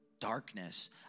darkness